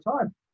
time